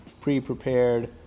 pre-prepared